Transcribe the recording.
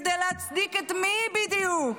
כדי להצדיק את מי בדיוק?